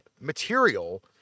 material